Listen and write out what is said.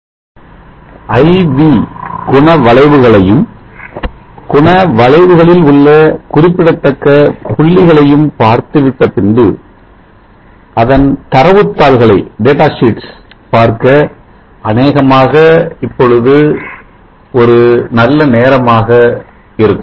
I V குணவளைவுகளையும் குணவளைவுகளில் உள்ள குறிப்பிடத்தகுந்த புள்ளிகளையும் பார்த்து விட்ட பின்பு அதன் தரவு தாள்களை பார்க்க அனேகமாக இப்பொழுது ஒரு நல்ல நேரமாக இருக்கும்